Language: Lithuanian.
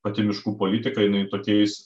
pati miškų politika jinai tokiais